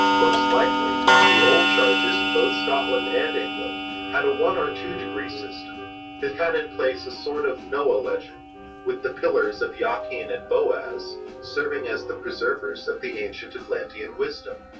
most likely the old charges in both scotland and england had a one or two degree system that had in place a sort of noah legend with the pillars of jachin and boaz serving as the preservers of the ancient atlantean wisdom